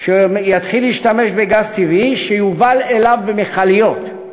שיתחיל להשתמש בגז טבעי, שיובל אליו במכליות.